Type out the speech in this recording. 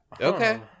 Okay